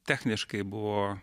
techniškai buvo